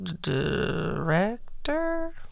Director